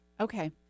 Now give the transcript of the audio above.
Okay